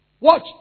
Watch